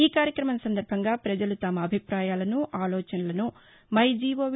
ఈ కార్యక్రమం సందర్భంగా పజలు తమ అభిపాయాలను ఆలోచనలను మై జిఓవి